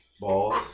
Balls